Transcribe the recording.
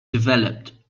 developed